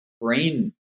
brain